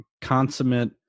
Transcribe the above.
consummate